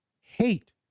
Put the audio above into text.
hate